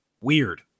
weird